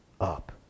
up